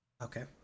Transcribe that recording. Okay